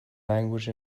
language